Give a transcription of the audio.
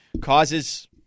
causes